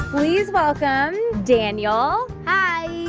please welcome daniel. hi.